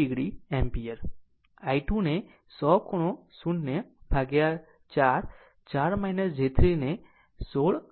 I 2 ને 100 ખૂણો 0 ભાગ્યા 4 4 j 3 ને 16